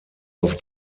auf